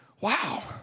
wow